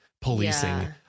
policing